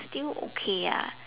still okay ah